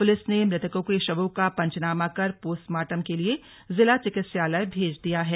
police ने मृतकों के शवों का पंचनामा कर पोस्टमार्टम के लिए जिला चिकित्सालय भेज दिया है